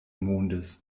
mondes